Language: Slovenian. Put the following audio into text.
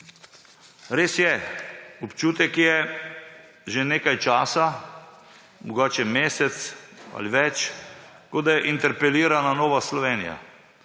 res je, občutek je, že nekaj časa, mogoče mesec ali več, kot da je interpelirana Nova Slovenija.